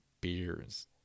beers